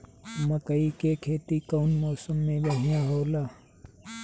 मकई के खेती कउन मौसम में बढ़िया होला?